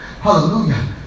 hallelujah